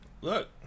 look